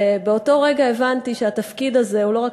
ובאותו רגע הבנתי שהתפקיד הזה הוא לא רק